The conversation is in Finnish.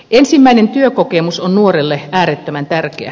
ensimmäinen työkokemus on nuorelle äärettömän tärkeä